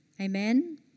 Amen